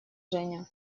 женя